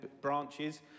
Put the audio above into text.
branches